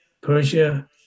Persia